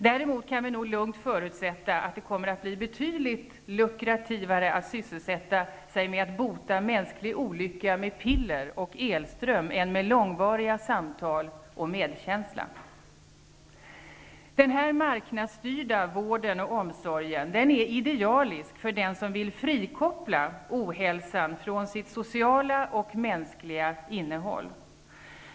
Däremot kan vi lugnt förutsätta att det blir betydligt lukrativare att sysselsätta sig med att bota mänsklig olycka med piller och elström än med långvariga samtal och medkänsla. Marknadsstyrd vård och omsorg är idealisk för den som vill frikoppla ohälsan från sitt sociala och mänskliga innehåll.